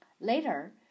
Later